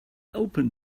open